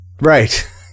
Right